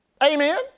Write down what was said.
Amen